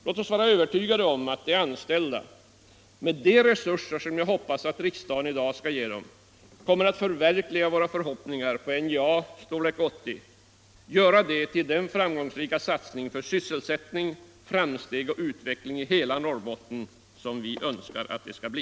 Låt oss vara övertygade om att de anställda, med de resurser som jag hoppas riksdagen skall ge dem, kommer att förverkliga våra förhoppningar på NJA och Stålverk 80 och göra detta till den framgångsrika satsning för sysselsättning, framsteg och utveckling i hela Norrbotten som vi önskar det skall bli.